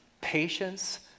patience